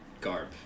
garb